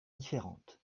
différente